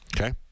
okay